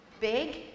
Big